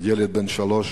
ילד בן שלוש